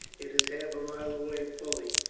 it is half a mile away fully.